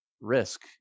risk